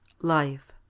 Life